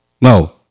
No